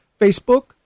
Facebook